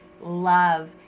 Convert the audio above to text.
love